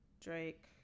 Drake